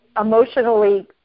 emotionally